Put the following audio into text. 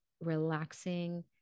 relaxing